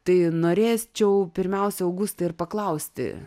tai norėčiau pirmiausia augustai ir paklausti